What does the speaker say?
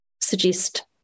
suggest